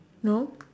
no